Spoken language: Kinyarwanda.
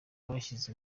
bashyize